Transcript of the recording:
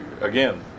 Again